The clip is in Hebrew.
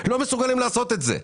לא מסוגלים לעשות את זה?